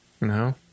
No